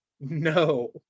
No